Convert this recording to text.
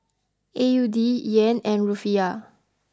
A U D Yen and Rufiyaa